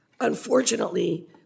Unfortunately